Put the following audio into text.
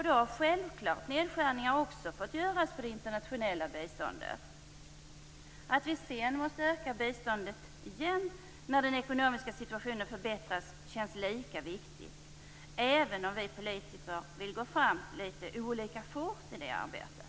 Då har självklart nedskärningar också fått göras på det internationella biståndet. Att vi sedan måste öka biståndet igen när den ekonomiska situationen förbättras känns lika viktigt, även om vi politiker vill gå fram litet olika fort i det arbetet.